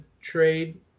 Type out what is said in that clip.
trade